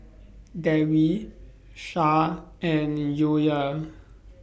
Dewi Shah and The Joyah